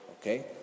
Okay